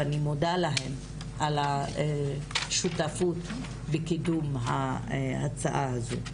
ואני מודה להן על השותפות בקידום ההצעה הזו.